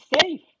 safe